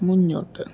മുന്നോട്ട്